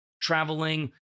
traveling